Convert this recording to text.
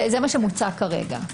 זה מה שמוצע כרגע.